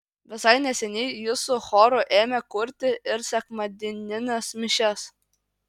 visai neseniai jis su choru ėmė kurti ir sekmadienines mišias